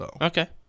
Okay